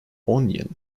onion